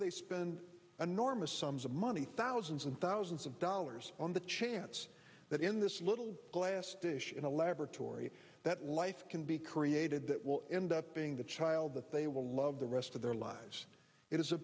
they spend an enormous sums of money thousands and thousands of dollars on the chance that in this little glass dish in a laboratory that life can be created that will end up being the child that they will love the rest of their lives